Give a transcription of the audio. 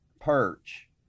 perch